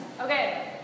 Okay